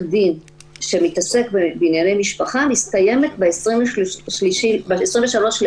דין שמתעסק בענייני משפחה מסתיימת ב-23 באוגוסט,